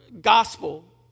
gospel